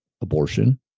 abortion